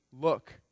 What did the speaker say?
look